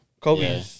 Kobe